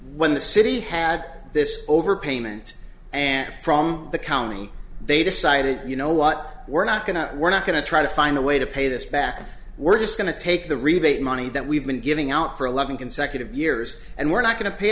when the city had this overpayment and from the county they decided you know what we're not going to we're not going to try to find a way to pay this back we're just going to take the rebate money that we've been giving out for eleven consecutive years and we're not going to pay